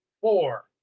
four